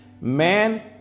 man